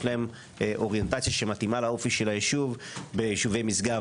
להם אוריינטציה שמתאימה לאופי של היישוב ביישובי משגב.